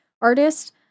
artist